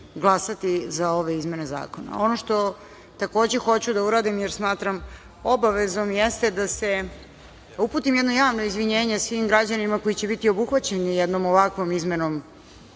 glasati za ove izmene zakona. Ono što hoću da uradim jer smatram obavezom da uputim jedno javno izvinjenje svim građanima koji će biti obuhvaćeni jednom ovakvom izmenom